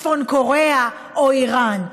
צפון קוריאה או איראן,